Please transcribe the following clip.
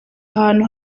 ahantu